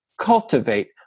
cultivate